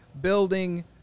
building